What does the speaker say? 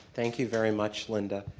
thank you, very much, linda.